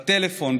בטלפון,